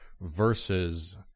versus